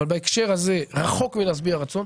אבל בהקשר הזה רחוק מלהשביע רצון.